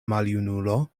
maljunulo